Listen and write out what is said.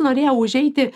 norėjau užeiti